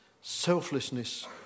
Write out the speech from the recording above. Selflessness